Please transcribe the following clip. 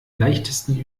leichtesten